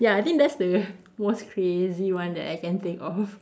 ya I think that's the most crazy one that I can think of